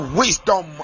wisdom